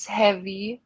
heavy